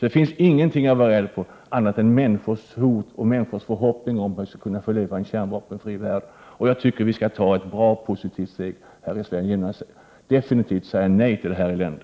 Det finns ingenting att vara rädd för här annat än det hot detta utgör mot människor, människor som hyser förhoppningar om att vi skall få leva i en kärnvapenfri värld. Jag tycker att vi skall ta ett positivt steg genast här i Sverige och definitivt säga nej till detta elände.